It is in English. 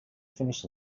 finish